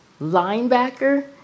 Linebacker